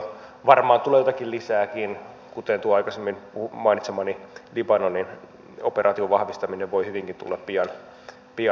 varmaan tulee joitakin lisääkin kuten tuo aikaisemmin mainitsemani libanonin operaation vahvistaminen se voi hyvinkin tulla pian eteen